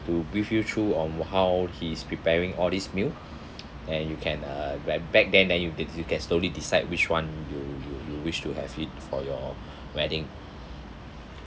to brief you through on how he's preparing all these meal and you can uh ba~ back then then you de~ you can slowly decide which [one] you you you wish to have it for your wedding